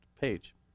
page